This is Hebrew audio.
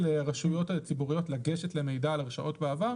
רשויות ציבוריות לגשת למידע על הרשעות בעבר.